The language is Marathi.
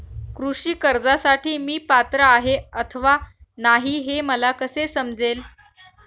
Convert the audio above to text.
कृषी कर्जासाठी मी पात्र आहे अथवा नाही, हे मला कसे समजेल?